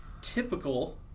typical